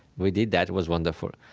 we did that. it was wonderful.